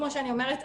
כמו שאמרתי,